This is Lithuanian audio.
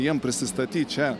jiem prisistatyt čia